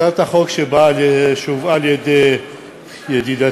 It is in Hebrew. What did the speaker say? הצעת החוק שהובאה על-ידי ידידתי,